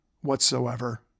whatsoever